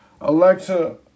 Alexa